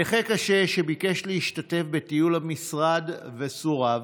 נכה קשה שביקש להשתתף בטיול המשרד וסורב,